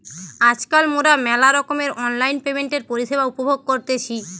আজকাল মোরা মেলা রকমের অনলাইন পেমেন্টের পরিষেবা উপভোগ করতেছি